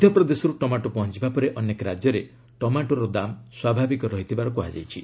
ମଧ୍ୟପ୍ରଦେଶରୁ tomato ପହଞ୍ଚବା ପରେ ଅନେକ ରାଜ୍ୟରେ ଟମାଟୋର ଦାମ୍ ସ୍ୱାଭାବିକ ରହିଥିବାର କୁହାଯାଇଛି